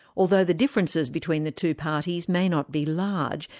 although the differences between the two parties may not be large,